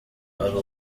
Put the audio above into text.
ari